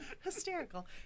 hysterical